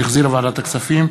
שהחזירה ועדת הכספים,